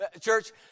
Church